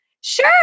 Sure